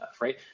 right